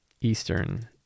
eastern